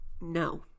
No